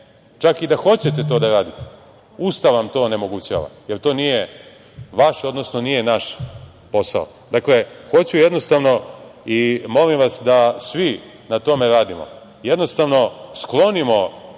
Čak i da hoćete to da radite, Ustav vam to onemogućava, jer to nije vaš, odnosno nije naš posao. Dakle, hoću jednostavno i molim vas da svi na tome radimo, jednostavno sklonimo